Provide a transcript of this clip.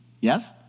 Yes